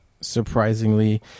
surprisingly